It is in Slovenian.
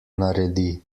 naredi